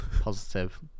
Positive